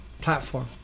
platform